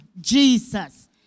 Jesus